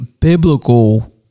biblical